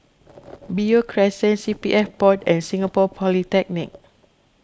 Beo Crescent C P F Board and Singapore Polytechnic